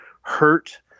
hurt